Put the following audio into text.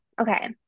Okay